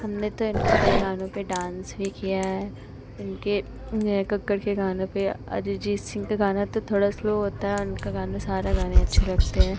हमने तो इनके कई गानों पर डान्स भी किया है इनके नेहा कक्कड़ के गानों पर अरिजीत सिंह का गाना तो थोड़ा स्लो होता है उनका गाना सारा गाने अच्छे लगते हैं